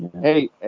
Hey